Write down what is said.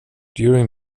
during